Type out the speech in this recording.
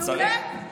מעולה.